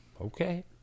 Okay